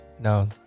No